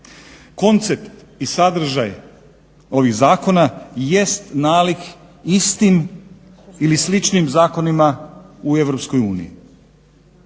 Koncept i sadržaj ovih zakona jest nalik istim ili sličnim zakonima u EU